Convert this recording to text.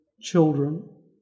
children